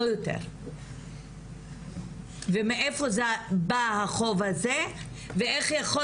לא יותר ומאיפה בא החוב הזה ואיך יכול